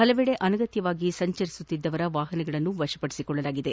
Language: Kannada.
ಪಲವೆಡೆ ಅನಗತ್ತವಾಗಿ ಸಂಚರಿಸುತ್ತಿದ್ದವರ ವಾಹನಗಳನ್ನು ವಶಪಡಿಸಿಕೊಳ್ಳಲಾಗಿದೆ